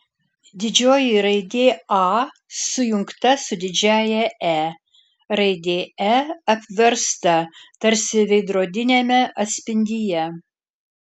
didžioji raidė a sujungta su didžiąja e raidė e apversta tarsi veidrodiniame atspindyje